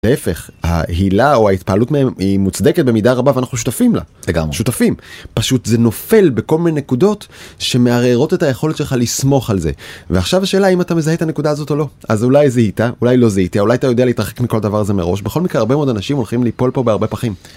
להפך, ההילה או ההתפעלות מהם היא מוצדקת במידה רבה ואנחנו שותפים לה, לגמרי, שותפים, פשוט זה נופל בכל מיני נקודות שמערערות את היכולת שלך לסמוך על זה. ועכשיו השאלה האם אתה מזהה את הנקודה הזאת או לא, אז אולי זיהית, אולי לא זיהיתי, אולי אתה יודע להתרחיק מכל דבר הזה מראש, בכל מקרה הרבה מאוד אנשים הולכים ליפול פה בהרבה פחים.